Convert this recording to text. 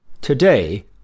Today